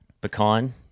pecan